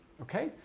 okay